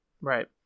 Right